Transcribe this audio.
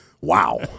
Wow